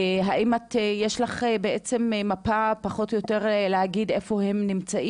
האם יש לך מפה לפיה את יכולה להגיד פחות או יותר איפה הם נמצאים?